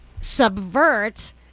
subvert